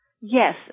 Yes